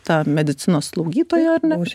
ta medicinos slaugytoja ar ne